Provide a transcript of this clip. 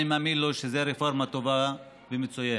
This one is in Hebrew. אני מאמין לו שזו רפורמה טובה ומצוינת.